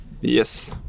Yes